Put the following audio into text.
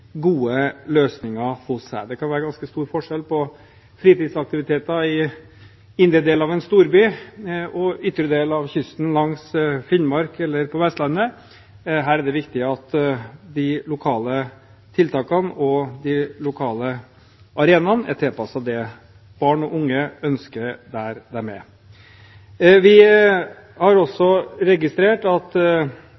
gode løsninger hos seg. Det kan være ganske stor forskjell på fritidsaktiviteter i indre deler av en storby og i ytre deler av kysten, langs Finnmarkskysten eller på Vestlandet. Der er det viktig at de lokale tiltakene og de lokale arenaene er tilpasset det barn og unge ønsker der de er. Vi har